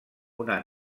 una